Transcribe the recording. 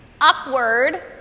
Upward